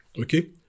okay